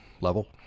level